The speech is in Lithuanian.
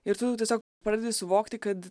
ir tu tiesiog pradedi suvokti kad